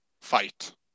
fight